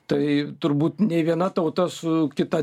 tai turbūt nei viena tauta su kita